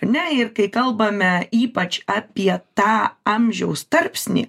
ane ir kai kalbame ypač apie tą amžiaus tarpsnį